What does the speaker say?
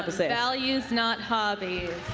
but so values not hobbies.